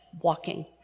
walking